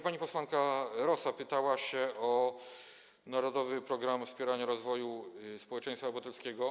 Pani posłanka Rosa pytała o „Narodowy program wspierania rozwoju społeczeństwa obywatelskiego”